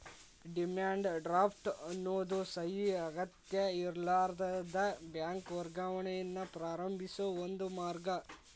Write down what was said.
demand draft ಎನ್ನೋದು ಸಹಿ ಅಗತ್ಯಇರ್ಲಾರದ ಬ್ಯಾಂಕ್ ವರ್ಗಾವಣೆಯನ್ನ ಪ್ರಾರಂಭಿಸೋ ಒಂದ ಮಾರ್ಗ